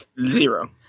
Zero